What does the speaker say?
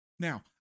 Now